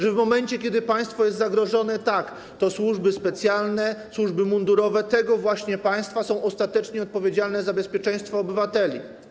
Że w momencie, kiedy państwo jest zagrożone, to służby specjalne, służby mundurowe tego właśnie państwa są ostatecznie odpowiedzialne za bezpieczeństwo obywateli.